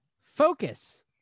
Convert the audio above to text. focus